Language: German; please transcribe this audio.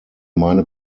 meine